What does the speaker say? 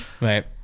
Right